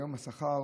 היום השכר